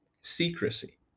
secrecy